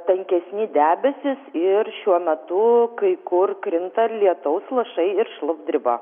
tankesni debesys ir šiuo metu kai kur krinta ir lietaus lašai ir šlapdriba